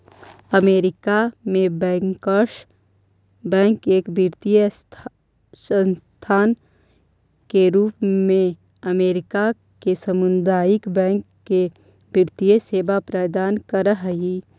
America में bankers bank एक वित्तीय संस्था के रूप में अमेरिका के सामुदायिक बैंक के वित्तीय सेवा प्रदान कर हइ